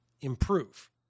improve